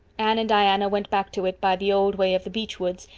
anne and diana went back to it by the old way of the beech woods,